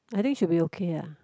I think should be okay ah